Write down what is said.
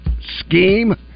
scheme